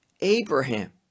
Abraham